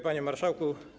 Panie Marszałku!